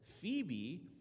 Phoebe